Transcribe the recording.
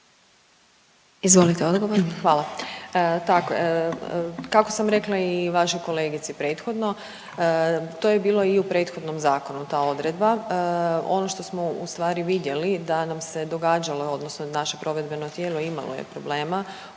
Željka (HDZ)** Hvala. Pa kako sam rekla i vašoj kolegici prethodno, to je bilo i u prethodnom zakonu ta odredba. Ono što smo ustvari vidjeli da nam se događalo odnosno naše provedbeno tijelo imalo je problema u određenim